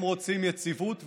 הם רוצים יציבות ותקווה.